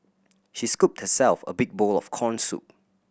she scooped herself a big bowl of corn soup